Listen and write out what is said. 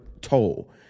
toll